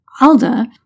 Alda